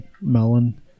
Melon